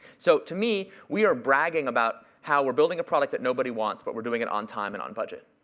so, to me, we are bragging about how we're building a product that nobody wants. but we're doing it on time and on budget.